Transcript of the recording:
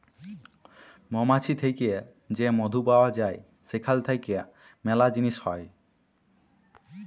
মমাছি থ্যাকে যে মধু পাউয়া যায় সেখাল থ্যাইকে ম্যালা জিলিস হ্যয়